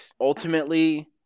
ultimately